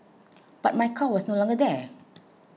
but my car was no longer there